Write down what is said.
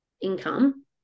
income